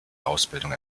ausbildung